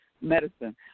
medicine